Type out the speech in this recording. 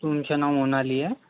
तुमचं नाव मोनाली आहे